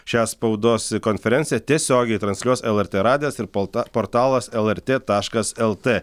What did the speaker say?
šią spaudos konferenciją tiesiogiai transliuos lrt radijas ir polta portalas lrt taškas lt